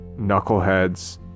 knuckleheads